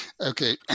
Okay